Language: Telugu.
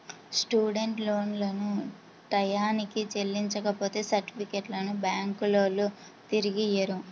స్టూడెంట్ లోన్లను టైయ్యానికి చెల్లించపోతే సర్టిఫికెట్లను బ్యాంకులోల్లు తిరిగియ్యరు